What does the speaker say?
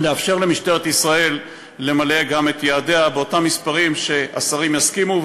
לאפשר למשטרת ישראל למלא גם את יעדיה באותם מספרים שהשרים יסכימו.